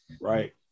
right